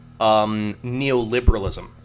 neoliberalism